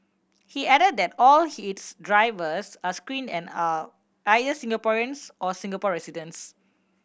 he added that all he its drivers are screened and are either Singaporeans or Singapore residents